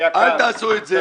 אל תעשו את זה --- ידידי היקר,